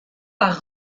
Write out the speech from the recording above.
par